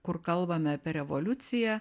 kur kalbame apie revoliuciją